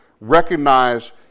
recognize